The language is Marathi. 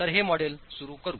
तर हे मॉड्यूल सुरू करू